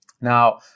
Now